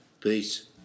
Peace